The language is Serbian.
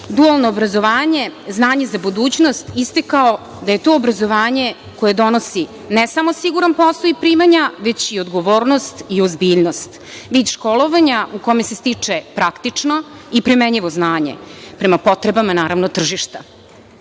„Dualno obrazovanje – znanje za budućnost“ istakao da je to obrazovanje koje donosi ne samo siguran posao i primanja, već i odgovornost i ozbiljnost, vid školovanja u kome se stiče praktično i primenjivo znanje prema potrebama tržišta. Iz